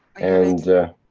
and.